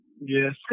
Yes